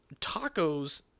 tacos